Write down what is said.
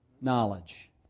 knowledge